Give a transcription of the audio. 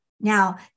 now